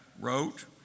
wrote